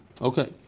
okay